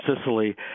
Sicily